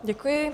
Děkuji.